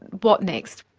what next?